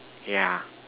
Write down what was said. yeah